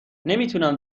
نمیتونم